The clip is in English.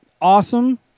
awesome